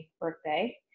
birthday